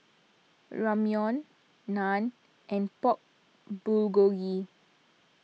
Ramyeon Naan and Pork Bulgogi